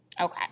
Okay